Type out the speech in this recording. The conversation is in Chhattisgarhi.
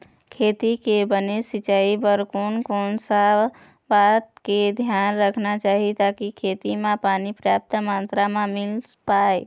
खेती के बने सिचाई बर कोन कौन सा बात के धियान रखना चाही ताकि खेती मा पानी पर्याप्त मात्रा मा मिल पाए?